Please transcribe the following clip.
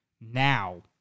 now